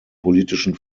politischen